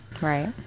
Right